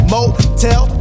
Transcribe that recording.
Motel